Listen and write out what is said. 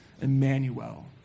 Emmanuel